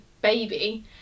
baby